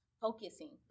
focusing